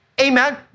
Amen